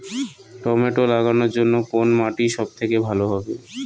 Tomato লাগানোর জন্যে কোন মাটি সব থেকে ভালো হবে?